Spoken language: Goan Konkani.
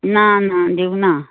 ना ना दिवना